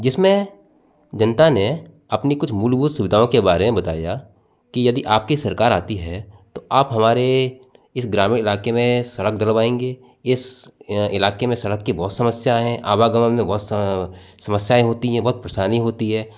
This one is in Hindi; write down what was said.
जिसमें जनता ने अपनी कुछ मूलभूत सुविधाओं के बारे में बताया कि यदि आपकी सरकार आती है तो आप हमारे इस ग्रामीण इलाके में सड़क डलवाएंगे इस अ इलाके में सड़क की बहुत समस्या है आवा गमन में बहुत अ समस्याएं होती है बहुत परेशानी होती है